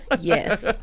yes